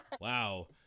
Wow